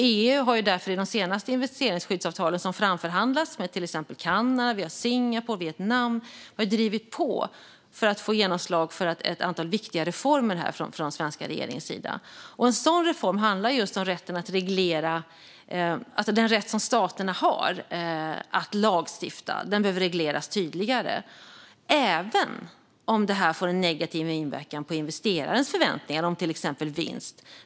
EU har därför i de senaste investeringsskyddsavtalen som framförhandlats med till exempel Kanada, Singapore och Vietnam drivit på för att få genomslag för ett antal viktiga reformer från den svenska regeringens sida. En sådan reform handlar just om den rätt som staterna har att lagstifta. Den behöver regleras tydligare. Det gäller även om det får en negativ inverkan på investerarens förväntningar om till exempel vinst.